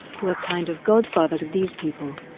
who are kind of godfathers of these people.